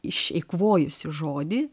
išeikvojusi žodį